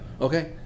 Okay